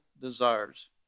desires